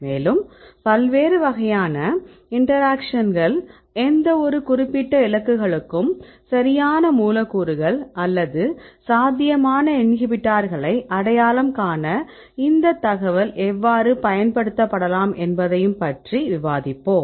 மேலும் பல்வேறு வகையான இன்டராக்ஷன்கள் எந்தவொரு குறிப்பிட்ட இலக்குகளுக்கும் சரியான மூலக்கூறுகள் அல்லது சாத்தியமான இன்ஹிபிட்டார்களை அடையாளம் காண இந்த தகவல் எவ்வாறு பயன்படுத்தப்படலாம் என்பதையும் பற்றி விவாதிப்போம்